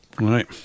Right